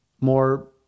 more